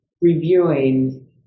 reviewing